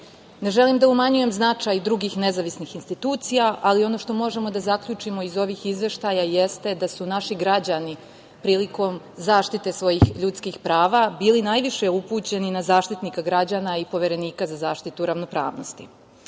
želim da umanjujem značaj drugih nezavisnih institucija, ali ono što možemo da zaključimo iz ovih izveštaja jeste da su naši građani prilikom zaštite svojih ljudskih prava bili najviše upućeni na Zaštitnika građana i Poverenika za zaštitu ravnopravnosti. Ono